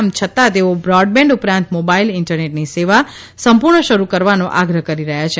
આમ છતાં તેઓ બ્રોડબેન્ડ ઉપરાંત મોબાઇલ ઇન્ટરનેટની સેવા સંપૂર્ણ શરૂ કરવાનો આગ્રહ કરી રહ્યા છે